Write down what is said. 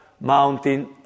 mountain